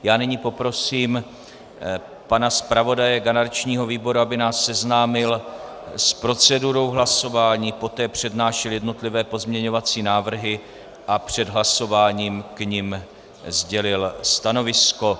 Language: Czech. Já nyní poprosím pana zpravodaje garančního výboru, aby nás seznámil s procedurou hlasování, poté přednášel jednotlivé pozměňovací návrhy a před hlasováním k nim sdělil stanovisko.